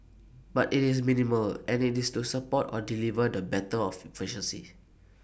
but IT is minimal and IT is to support or deliver the better of efficiency